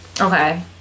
Okay